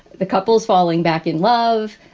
the couples falling back in love.